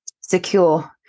secure